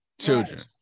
children